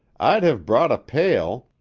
i'd have brought a pail,